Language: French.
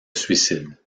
suicide